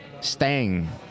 stang